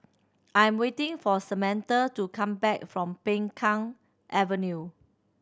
I'm waiting for Samantha to come back from Peng Kang Avenue